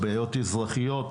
הבעיות האזרחיות.